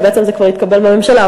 כי בעצם זה כבר התקבל בממשלה.